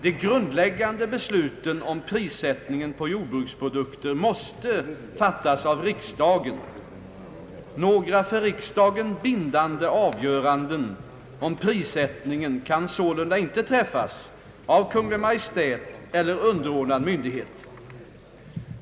De grundläggande besluten om prissättningen på jordbruksprodukter måste fattas av riksdagen. Några för riksdagen bindande avgöranden om prissättningen kan sålunda inte träffas av Kungl. Maj:t eller underordnad myndighet.